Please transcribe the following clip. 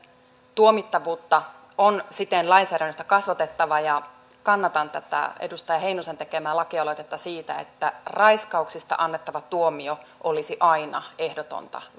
tuomittavuutta on siten lainsäädännöllisesti kasvatettava kannatan tätä edustaja heinosen tekemää lakialoitetta siitä että raiskauksista annettava tuomio olisi aina ehdotonta